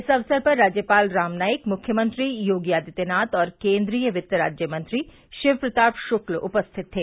इस अवसर पर राज्यपाल राम नाईक मुख्यमंत्री योगी आदित्यनाथ और केन्द्रीय वित राज्य मंत्री शिवप्रताप शुक्ल उपस्थित थे